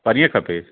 परीहं खपे